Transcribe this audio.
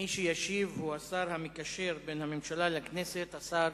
מי שישיב הוא השר המקשר בין הממשלה לכנסת, השר